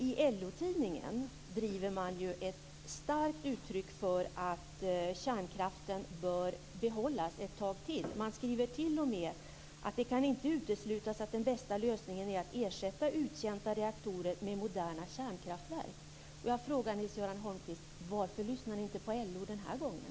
I LO-tidningen driver man ju starkt att kärnkraften bör behållas ett tag till. Man skriver t.o.m. att det inte kan uteslutas att den bästa lösningen är att ersätta uttjänta reaktorer med moderna kärnkraftverk. Jag frågar då Nils-Göran Holmqvist: Varför lyssnar ni inte på LO den här gången?